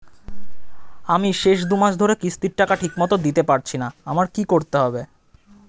আমি শেষ দুমাস ধরে কিস্তির টাকা ঠিকমতো দিতে পারছিনা আমার কি করতে হবে?